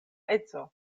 edzo